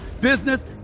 business